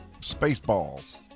Spaceballs